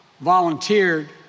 volunteered